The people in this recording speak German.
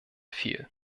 viel